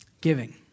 Giving